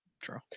True